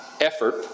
effort